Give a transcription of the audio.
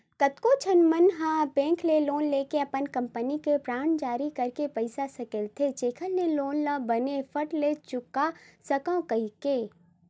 कतको झन मन ह बेंक ले लोन लेके अपन कंपनी के बांड जारी करके पइसा सकेलथे जेखर ले लोन ल बने फट ले चुका सकव कहिके